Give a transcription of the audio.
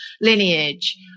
lineage